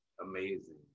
amazing